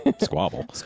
Squabble